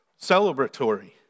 celebratory